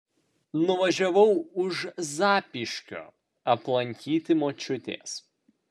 nuvažiavau už zapyškio aplankyti močiutės